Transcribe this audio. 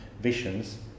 visions